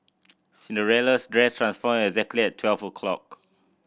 Cinderella's dress transformed exactly at twelve o'clock